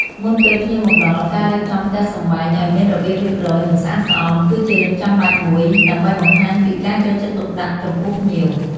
មុនពេលភ្ញៀវមកដល់ ការរៀបចំផ្ទះសម្បែងឲ្យមានរបៀបរៀបរយ និងស្អាតស្អំ គឺជារឿងចាំបាច់មួយ ដើម្បីបង្ហាញពីការយកចិត្តទុកដាក់ចំពោះភ្ញៀវ។